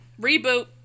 reboot